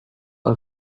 all